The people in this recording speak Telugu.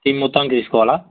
టీమ్ మొత్తానికి తీసుకోవాలా